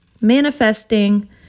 manifesting